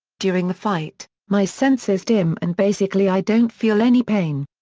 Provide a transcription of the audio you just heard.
during the fight, my senses dim and basically i don't feel any pain.